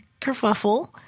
kerfuffle